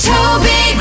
Toby